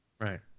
Right